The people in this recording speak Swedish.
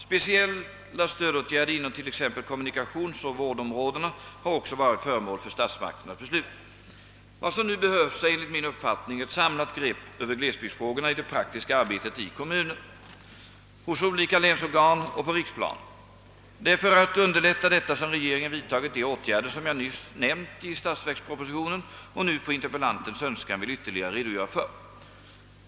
Speciella stödåtgärder inom t.ex. kommunikationsoch vårdområdena har också varit föremål för statsmakternas beslut. Vad som nu behövs är enligt min uppfattning ett samlat grepp över glesbygdsfrågorna i det praktiska arbetet i kommunerna, hos olika länsorgan och på riksplanet. Det är för att underlätta detta som regeringen vidtagit de åtgärder som jag nämnt i statsverkspropositionen och nu på interpellantens önskan vill ytterligare redogöra för.